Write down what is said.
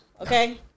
Okay